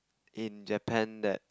in Japan that